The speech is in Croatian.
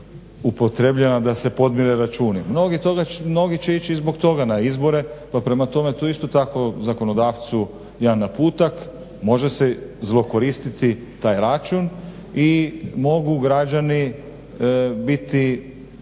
upotrjebljena da se podmire računi. Mnogi će zbog toga ići na izbore. Prema tome to isto zakonodavcu jedan naputak, može se zlokoristiti taj račun i mogu građani biti